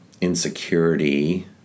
insecurity